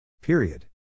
Period